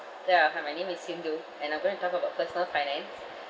ya hi my name is sindhu and I'm going to talk about personal finance